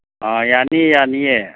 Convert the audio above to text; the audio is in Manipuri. ꯌꯥꯅꯤꯌꯦ ꯌꯥꯅꯤꯌꯦ